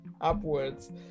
upwards